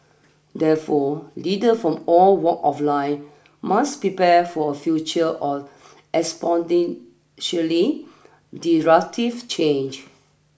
therefore leader from all walk of life must prepare for a future of disruptive change